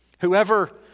Whoever